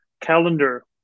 calendar